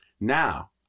Now